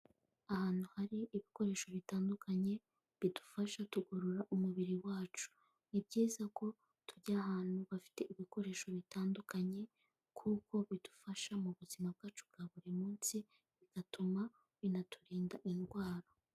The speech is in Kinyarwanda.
Ahantu hari ibikoresho bitandukanye bidufasha tugorora umubiri wacu. Ni byiza ko tujya ahantu bafite ibikoresho bitandukanye kuko bidufasha mu buzima bwacu bwa buri munsi, bigatuma binaturinda indwara.